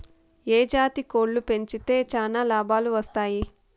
ఏ జాతి కోళ్లు పెంచితే చానా లాభాలు వస్తాయి?